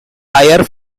higher